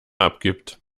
abgibt